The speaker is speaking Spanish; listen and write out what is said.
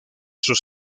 sus